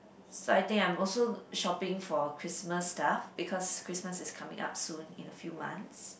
so I think I'm also shopping for Christmas stuff because Christmas is coming up soon in a few months